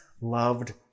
Loved